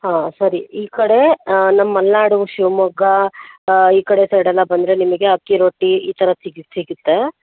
ಹಾಂ ಸರಿ ಈ ಕಡೆ ನಮ್ಮ ಮಲೆನಾಡು ಶಿವಮೊಗ್ಗ ಈ ಕಡೆ ಸೈಡೆಲ್ಲ ಬಂದರೆ ನಿಮಗೆ ಅಕ್ಕಿ ರೊಟ್ಟಿ ಈ ಥರದ್ದು ಸಿಗುತ್ತೆ